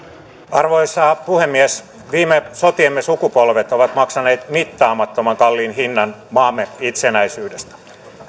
arvoisa puhemies viime sotiemme sukupolvet ovat maksaneet mittaamattoman kalliin hinnan maamme itsenäisyydestä